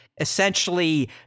essentially